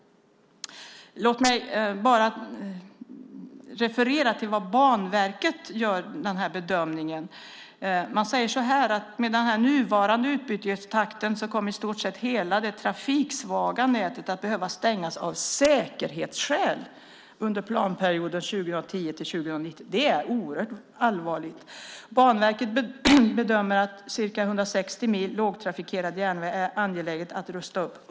Låt mig bara referera till den bedömning som Banverket gör. Man säger så här: Med den nuvarande utbytestakten kommer i stort hela det trafiksvaga nätet att behöva stängas av säkerhetsskäl under planperioden 2010-2019. Det är oerhört allvarligt. Banverket bedömer att det är angeläget att rusta upp ca 160 mil lågtrafikerad järnväg.